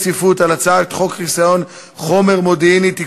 אני קובע שהצעת חוק החברות (תיקון מס'